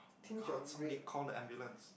oh-my-god somebody call the ambulance